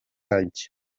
anys